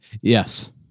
Yes